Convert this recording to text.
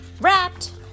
wrapped